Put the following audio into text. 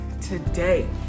today